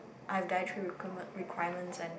I've dietary requirement~ requirements and